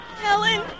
Helen